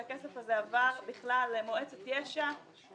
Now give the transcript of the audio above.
שהכסף הזה עבר בכלל למועצת יש"ע.